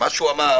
במה הם דומים?